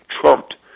trumped